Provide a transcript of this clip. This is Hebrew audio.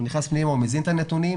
הוא נכנס פנימה, הוא מזין את הנתונים.